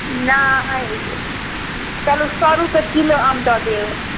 नहि चलु सए रुपए किलो आम दऽ देब